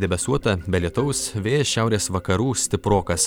debesuota be lietaus vėjas šiaurės vakarų stiprokas